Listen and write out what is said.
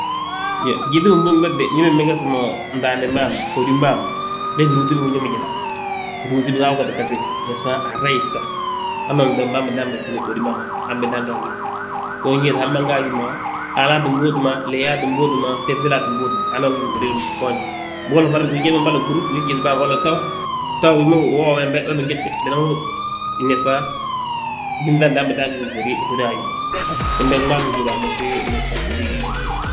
Iyo, gyíŧi binbúŋ bége ndi binmeges mo mtaandim bàa ma, hódim bàa ma bége rúuti tidi bingi ñób mo jéda. Rúuti bigaa wi gatirgatir, a grayi gta, hamma bintoo bembe han bidan megesini ghódim bàa ma, han bidan ga a gí ma. We unwéeti hal ma ga agí ma, haalaa ttin bóotima, leeyaa tti bóoti ma, te fndélaa ttin bóoti ma hali ma ngi gí hódi willi ma gboonje. Bigolla fana bingi jédi mo ɓúr wii liitim bàa ma, walla ta, ta wi ma, uwoo wembe, we binjéte binan wi ginŧanda han bindan gí ngi hódi a wi ma gembe gmaa gi nuíri a mgesi ghódi gii gyíŧe.